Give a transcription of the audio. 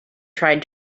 tried